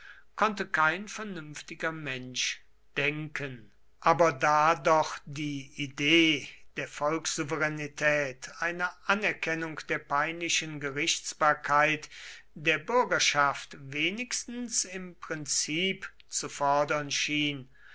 konnte kein vernünftiger mensch denken aber da doch die idee der volkssouveränität eine anerkennung der peinlichen gerichtsbarkeit der bürgerschaft wenigstens im prinzip zu fordern schien